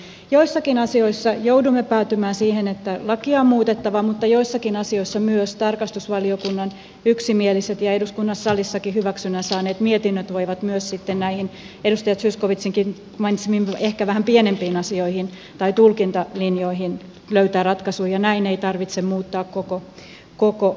eli joissakin asioissa joudumme päätymään siihen että lakia on muutettava mutta joissakin asioissa myös tarkastusvaliokunnan yksimieliset ja eduskunnan salissakin hyväksynnän saaneet mietinnöt voivat myös näihin edustaja zyskowiczinkin mainitsemiin ehkä vähän pienempiin asioihin tai tulkintalinjoihin löytää ratkaisun ja näin ei tarvitse muuttaa koko lakia